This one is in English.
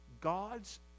God's